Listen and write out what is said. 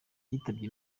yitabye